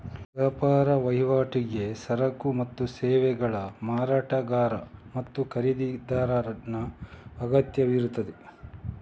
ವ್ಯಾಪಾರ ವಹಿವಾಟಿಗೆ ಸರಕು ಮತ್ತು ಸೇವೆಗಳ ಮಾರಾಟಗಾರ ಮತ್ತು ಖರೀದಿದಾರನ ಅಗತ್ಯವಿರುತ್ತದೆ